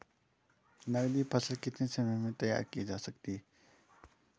नगदी फसल कितने समय में तैयार की जा सकती है?